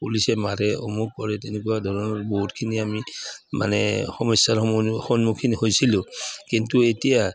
পুলিচে মাৰে কৰে তেনেকুৱা ধৰণৰ বহুতখিনি আমি মানে সমস্যাৰ সন্মুখীন হৈছিলোঁ কিন্তু এতিয়া